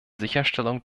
sicherstellung